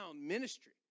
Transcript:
ministry